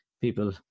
people